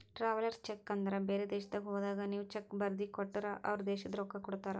travellers cheque ಅಂದುರ್ ಬೇರೆ ದೇಶದಾಗ್ ಹೋದಾಗ ನೀವ್ ಚೆಕ್ ಬರ್ದಿ ಕೊಟ್ಟರ್ ಅವ್ರ ದೇಶದ್ ರೊಕ್ಕಾ ಕೊಡ್ತಾರ